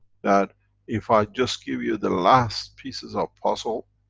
that if i just give you the last pieces of puzzle,